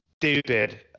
stupid